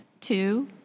two